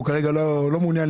הוא כרגע לא מעוניין,